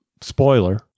Spoiler